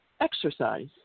exercise